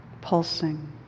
pulsing